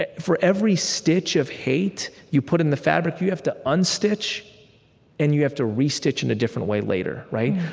ah for every stitch of hate you put in the fabric, you have to unstitch and you have to restitch in a different way later, right?